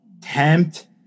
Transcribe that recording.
tempt